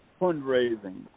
fundraising